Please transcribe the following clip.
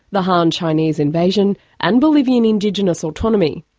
the han chinese invasion and bolivian indigenous autonomy.